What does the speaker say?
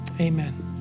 amen